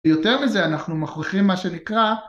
ויותר מזה אנחנו מכריחים, מה שנקרא